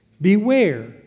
beware